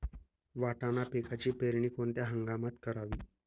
वाटाणा पिकाची पेरणी कोणत्या हंगामात करावी?